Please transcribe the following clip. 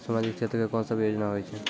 समाजिक क्षेत्र के कोन सब योजना होय छै?